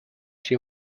she